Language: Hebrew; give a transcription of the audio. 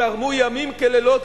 הם תרמו ימים כלילות,